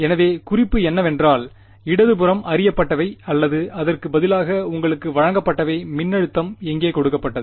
எனவே குறிப்பு என்னவென்றால் இடது புறம் அறியப்பட்டவை அல்லது அதற்கு பதிலாக உங்களுக்கு வழங்கப்பட்டவை மின்னழுத்தம் எங்கே கொடுக்கப்பட்டது